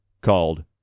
called